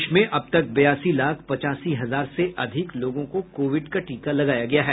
देश में अब तक बयासी लाख पचासी हजार से अधिक लोगों को कोविड का टीका लगाया गया है